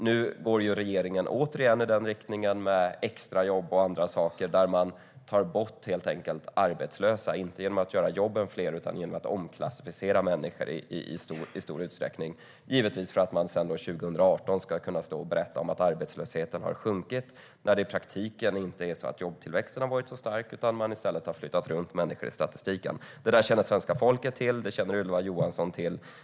Nu går regeringen återigen i den riktningen med extrajobb och andra saker där man helt enkelt tar bort arbetslösa, inte genom att göra jobben fler utan genom att i stor utsträckning omklassificera människor. Det gör man givetvis för att man 2018 ska kunna stå och berätta att arbetslösheten har sjunkit när det i praktiken inte är så att jobbtillväxten har varit stark utan man i stället har flyttat runt människor i statistiken. Detta känner svenska folket till. Det känner Ylva Johansson till.